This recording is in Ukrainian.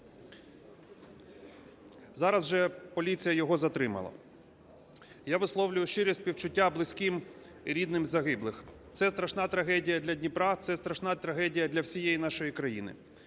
Зараз вже поліція його затримала. Я висловлюю щирі співчуття близьким і рідним загиблих. Це страшна трагедія для Дніпра, це страшна трагедія для всієї нашої країни.